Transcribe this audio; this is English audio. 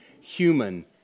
human